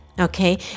Okay